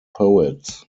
poets